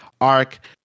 arc